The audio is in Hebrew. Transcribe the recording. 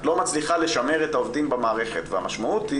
את לא מצליחה לשמר את העובדים במערכת והמשמעות היא